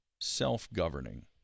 self-governing